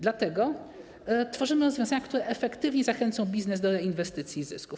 Dlatego tworzymy rozwiązania, które efektywnie zachęcą biznes do inwestycji zysków.